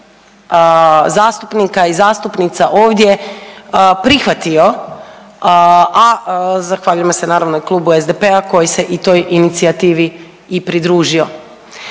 zastupnika i zastupnica ovdje prihvatio, a zahvaljujemo se naravno i klubu SDP-a koji se i toj inicijativi i pridružio.